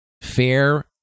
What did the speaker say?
Fair